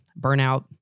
burnout